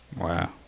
Wow